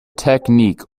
technique